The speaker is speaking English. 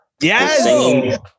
Yes